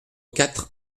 quatre